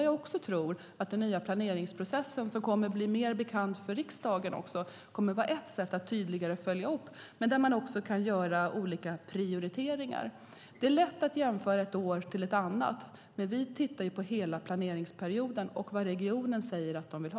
Jag tror att den nya planeringsprocessen, som kommer att bli mer bekant för riksdagen, kommer att bli ett sätt att tydligare följa upp där man också kan göra olika prioriteringar. Det är lätt att jämföra ett år med ett annat. Men vi tittar på hela planeringsperioden och vad regionen säger att den vill ha.